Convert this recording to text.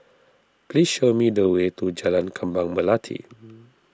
please show me the way to Jalan Kembang Melati